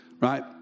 Right